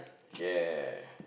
ya